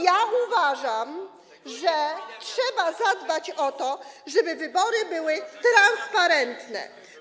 Ja uważam, że trzeba zadbać o to, żeby wybory były transparentne.